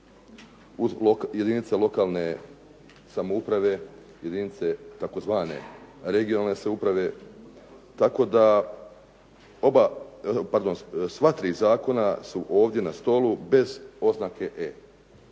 uz jedinice lokalne samouprave, jedinice tzv. regionalne samouprave tako da oba, pardon sva tri zakona su ovdje na stolu bez oznake “E“.